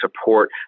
support